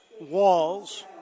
walls